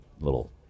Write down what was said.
little